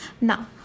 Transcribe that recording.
Now